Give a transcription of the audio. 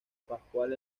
pascual